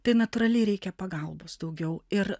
tai natūraliai reikia pagalbos daugiau ir